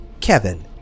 Kevin